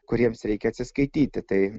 kuriems reikia atsiskaityti tai